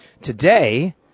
today